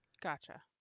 Gotcha